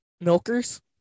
milkers